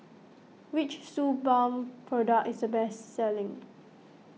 which Suu Balm product is the best selling